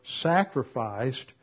sacrificed